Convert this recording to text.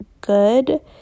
good